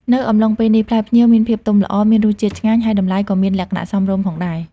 នៅអំឡុងពេលនេះ ផ្លែផ្ញៀវមានភាពទុំល្អ មានរសជាតិឆ្ងាញ់ ហើយតម្លៃក៏មានលក្ខណៈសមរម្យផងដែរ។